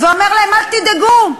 ואומרת להם: אל תדאגו,